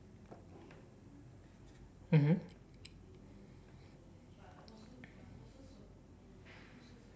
mmhmm